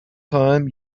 time